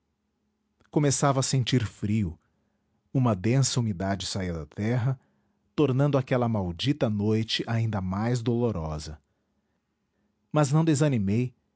a sentir frio uma densa umidade saía da terra tornando aquela maldita noite ainda mais dolorosa mas não desanimei